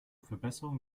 verbesserung